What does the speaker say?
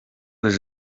les